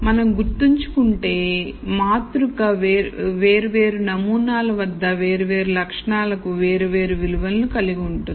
మనం గుర్తించుకుంటే మాతృక వేర్వేరు నమూనాల వద్ద వేర్వేరు లక్షణాలకు వేరు వేరు విలువలను కలిగి ఉంటుంది